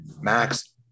max